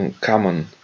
common